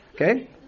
Okay